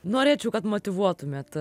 norėčiau kad motyvuotumėt